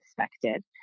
expected